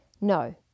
No